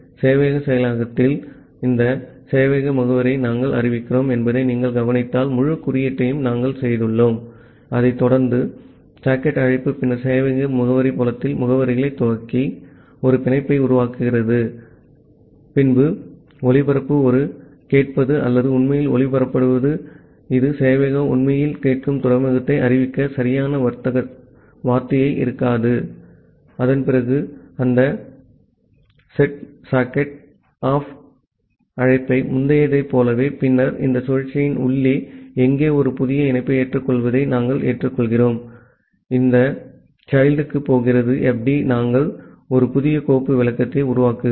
ஆகவே சேவையக செயலாக்கத்தில் இந்த சேவையக முகவரியை நாங்கள் அறிவிக்கிறோம் என்பதை நீங்கள் கவனித்தால் முழு குறியீட்டையும் நாங்கள் செய்துள்ளோம் அதைத் தொடர்ந்து ஒரு சாக்கெட் அழைப்பு பின்னர் சேவையக முகவரி புலத்தில் முகவரிகளைத் துவக்கி ஒரு பிணைப்பை உருவாக்குகிறது அழைப்பு ஒளிபரப்ப ஒரு கேட்பது அல்லது உண்மையில் ஒளிபரப்பப்படுவது இது சேவையகம் உண்மையில் கேட்கும் துறைமுகத்தை அறிவிக்க சரியான வார்த்தையாக இருக்காது அதன்பிறகு அந்த செட் சாக் ஆப்ட் அழைப்பை முந்தையதைப் போலவும் பின்னர் இந்த சுழற்சியின் உள்ளே எங்கே ஒரு புதிய இணைப்பை ஏற்றுக்கொள்வதை நாங்கள் ஏற்றுக்கொள்கிறோம் இது இந்த childக்கு போகிறது fd நாங்கள் ஒரு புதிய கோப்பு விளக்கத்தை உருவாக்குகிறோம்